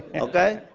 okay?